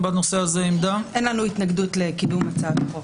אין לנו התנגדות לקידום הצעת החוק.